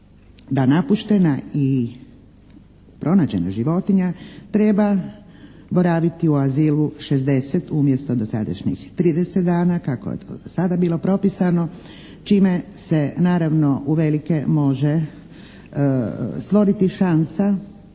da napuštena i pronađena životinja treba boraviti u azilu 60 umjesto dosadašnjih 30 dana kako je do sada bilo propisano čime se naravno uvelike može stvoriti šansa